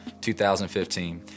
2015